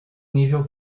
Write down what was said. nível